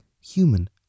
human